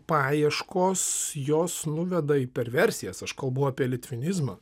paieškos jos nuveda į perversijas aš kalbu apie litvinizmą